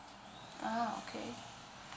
ah okay